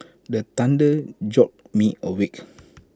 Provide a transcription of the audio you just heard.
the thunder jolt me awake